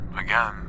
Again